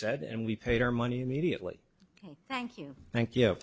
said and we paid our money immediately thank you thank you